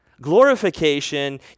Glorification